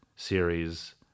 series